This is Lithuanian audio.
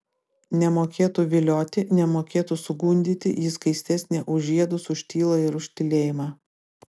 nemokėtų vilioti nemokėtų sugundyti ji skaistesnė už žiedus už tylą ir už tylėjimą